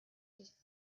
just